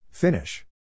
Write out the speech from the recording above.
Finish